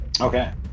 Okay